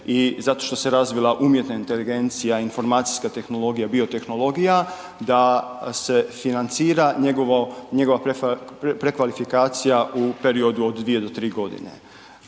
i zato što se razvila umjetna inteligencija, informacijska tehnologija, biotehnologija da se financira njegova prekvalifikacija u periodu od 2 do 3 godine.